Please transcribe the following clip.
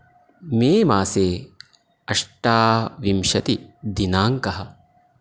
मे मासे अष्टाविंशतिदिनाङ्कः